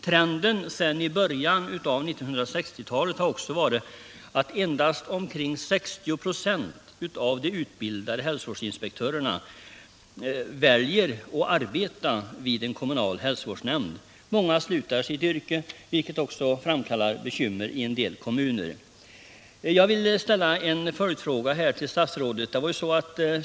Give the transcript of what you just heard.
Trenden sedan i början av 1960-talet har också varit att endast omkring 60 24 av de utbildade hälsovårdsinspektörerna väljer att arbeta vid en kommunal hälsovårdsnämnd. Många slutar i sitt yrke, vilket också skapar bekymmer i vissa kommuner. Jag vill ställa en följdfråga till statsrådet.